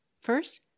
First